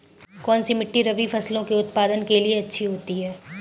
कौनसी मिट्टी रबी फसलों के उत्पादन के लिए अच्छी होती है?